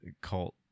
cult